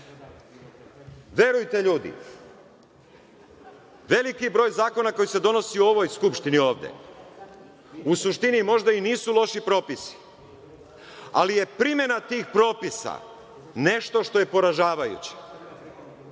ljudi, veliki broj zakona koji se donosi u ovoj Skupštini ovde, u suštini možda i nisu loši propisi, ali je primena tih propisa nešto što je poražavajuće,